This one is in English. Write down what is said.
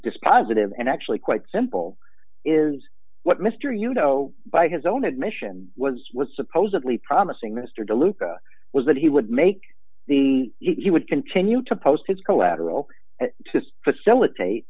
dispositive and actually quite simple is what mister you know by his own admission was was supposedly promising mister deluca was that he would make the he would continue to post his collateral to facilitate